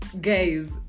guys